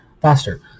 faster